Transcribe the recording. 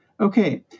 Okay